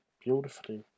beautifully